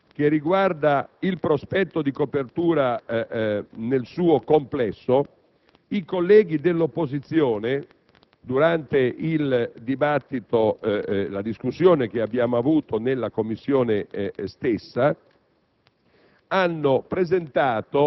su questo punto, che riguarda il prospetto di copertura nel suo complesso, i colleghi dell'opposizione, durante la discussione che si è svolta in Commissione,